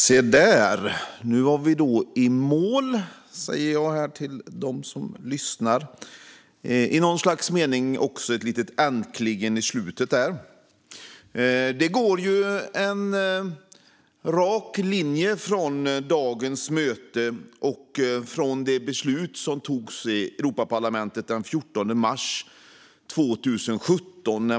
Herr talman! Se där - då var vi i mål! I något slags mening vill jag också lägga till ett litet "äntligen". Det går en rak linje till dagens debatt från det beslut som togs i Europaparlamentet den 14 mars 2017.